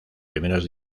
primeros